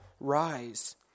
rise